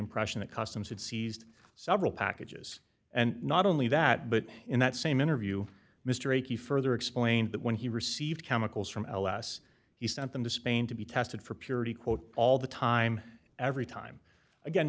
impression that customs had seized several packages and not only that but in that same interview mr a q further explained that when he received chemicals from ls he sent them to spain to be tested for purity quote all the time every time again